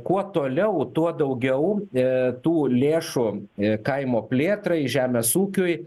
kuo toliau tuo daugiau i tų lėšų i kaimo plėtrai žemės ūkiui